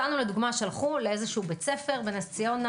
אותנו שלחו לאיזה בית ספר בנס ציונה,